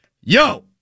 yo